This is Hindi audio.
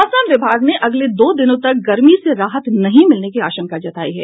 मौसम विभाग ने अगले दो दिनों तक गर्मी से राहत नहीं मिलने की आशंका जतायी है